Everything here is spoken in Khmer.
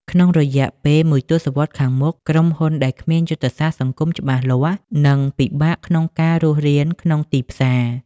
ក្នុងរយៈពេលមួយទសវត្សរ៍ខាងមុខ ក្រុមហ៊ុនដែលគ្មានយុទ្ធសាស្ត្រសង្គមច្បាស់លាស់នឹងពិបាកក្នុងការរស់រានក្នុងទីផ្សារ។